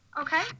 Okay